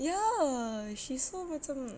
ya she so macam